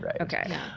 Okay